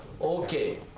Okay